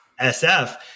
SF